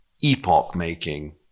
epoch-making